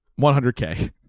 100K